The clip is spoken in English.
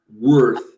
worth